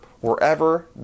wherever